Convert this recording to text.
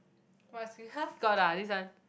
what asking !huh! got ah this one